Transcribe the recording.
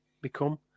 become